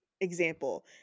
example